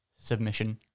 Submission